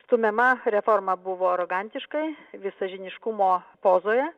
stumiama reforma buvo arogantiškai visažiniškumo pozoje